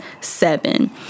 seven